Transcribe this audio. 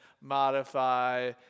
modify